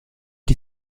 die